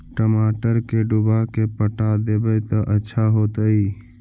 टमाटर के डुबा के पटा देबै त अच्छा होतई?